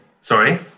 sorry